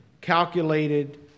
calculated